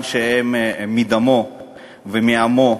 אדם מסית,